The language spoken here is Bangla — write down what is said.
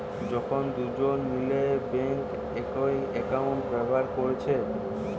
যখন দুজন মিলে বেঙ্কে একই একাউন্ট ব্যাভার কোরছে